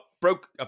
broke